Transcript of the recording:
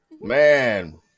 Man